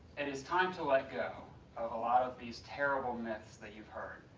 it is time to let go of a lot of these terrible myths that you've heard.